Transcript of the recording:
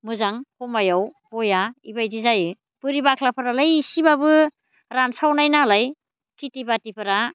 मोजां समयाव बेया बेबायदि जायो बोरि बाख्लाफोरालाय इसेबाबो रानस्रावनाय नालाय खेथि बाथिफोरा